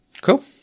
cool